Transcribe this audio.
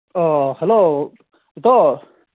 ꯑꯣ ꯍꯜꯂꯣ ꯏꯇꯥꯎ